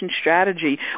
strategy